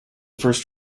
first